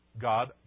God